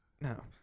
no